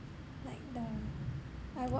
like the I watched